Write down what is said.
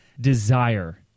desire